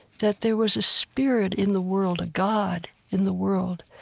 that there was a spirit in the world, a god, in the world,